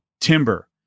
timber